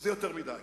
זה יותר מדי,